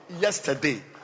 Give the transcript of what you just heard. Yesterday